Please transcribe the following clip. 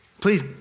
Please